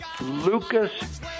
Lucas